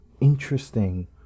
interesting